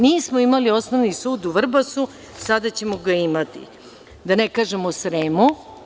Nismo imali osnovni sud u Vrbasu, a sada ćemo ga imati, da ne kažem u Sremu.